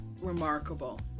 remarkable